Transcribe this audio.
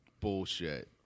bullshit